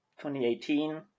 2018